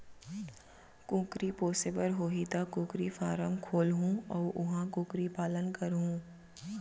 कुकरी पोसे बर होही त कुकरी फारम खोलहूं अउ उहॉं कुकरी पालन करहूँ